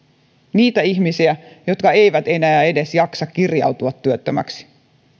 niitä ihmisiä jotka eivät enää edes jaksa kirjautua työttömäksi